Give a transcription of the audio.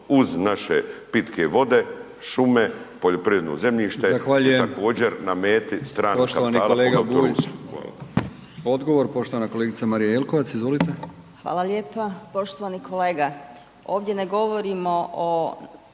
uz naše pitke vode, šume, poljoprivredno zemljište i također na meti stranih kapitala poglavito Rusa.